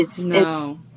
No